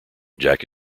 jack